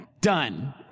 Done